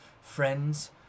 friends